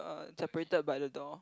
uh separated by the door